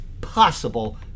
possible